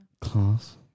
Class